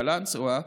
קלנסווה,